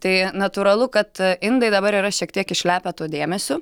tai natūralu kad indai dabar yra šiek tiek išlepę tuo dėmesiu